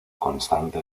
constante